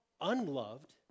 unloved